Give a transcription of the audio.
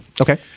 Okay